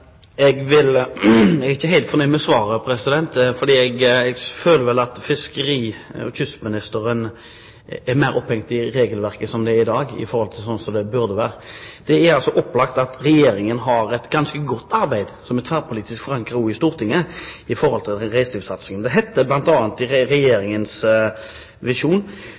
jeg føler vel at fiskeri- og kystministeren er mer opphengt i regelverket slik det er i dag enn slik det burde vært. Det er opplagt at Regjeringen har et ganske godt arbeid, som er tverrpolitisk forankret også i Stortinget, i forhold til reiselivssatsingen. Det heter bl.a. i Regjeringens visjon: